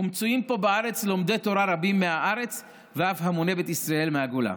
ומצויים פה בארץ לומדי תורה רבים מהארץ ואף המוני בית ישראל מהגולה,